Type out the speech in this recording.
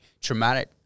traumatic